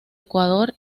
ecuador